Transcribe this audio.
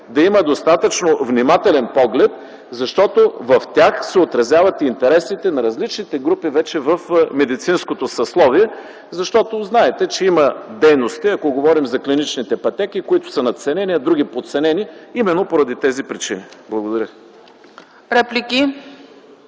да има достатъчно внимателен поглед, защото в тях се отразяват интересите на различните групи в медицинското съсловие. Защото знаете, че има дейности, ако говорим за клиничните пътеки, които са надценени, а други подценени, именно поради тези причини. Благодаря.